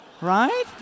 Right